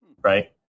right